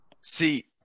See